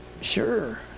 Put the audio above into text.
sure